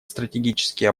стратегические